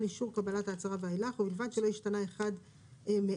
אישור קבלת ההצהרה ואילך ובלבד שלא השתנה אחד מאלה,